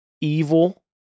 evil